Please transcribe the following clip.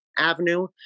Avenue